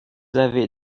avez